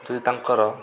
ଯଦି ତାଙ୍କର